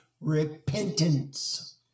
repentance